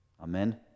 amen